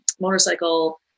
motorcycle